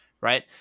right